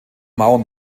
mauern